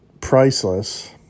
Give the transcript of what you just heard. priceless